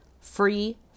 free